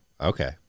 okay